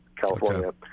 california